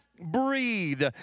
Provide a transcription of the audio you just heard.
breathe